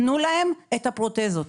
תנו להם את הפרוטזות.